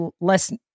less